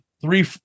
three